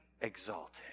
exalted